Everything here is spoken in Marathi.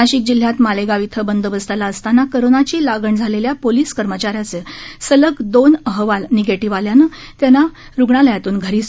नाशिक जिल्ह्यात मालेगाव इथं बंदोबस्ताला असताना कोरोनाची लागण झालेल्या पोलीस कर्मचाऱ्याचे सलग दोन अहवाल निगेटिव्ह आल्यानं त्यांना रुग्णालयातून घरी सोडण्यात आलं